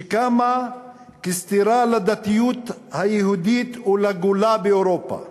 שקמה כסתירה לדתיות היהודית ולגולה באירופה,